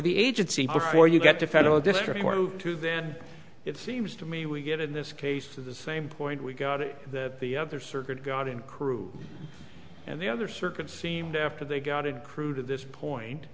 the agency before you get to federal district court to then it seems to me we get in this case is the same point we got it that the other circuit got in crude and the other circuit seemed after they got it crew to this point